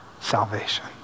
salvation